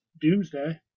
Doomsday